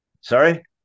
Sorry